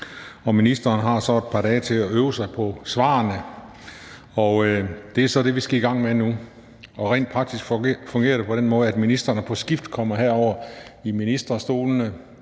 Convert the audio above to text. Ministeren har så et par dage til at øve sig på svarene, og det er så dem, vi skal i gang med nu. Rent praktisk fungerer det på den måde, at ministrene på skift kommer herover i ministerstolene,